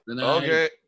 Okay